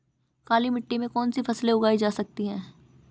काली मिट्टी में कौनसी फसलें उगाई जा सकती हैं?